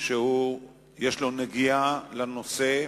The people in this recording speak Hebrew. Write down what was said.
שיש לו נגיעה לנושא,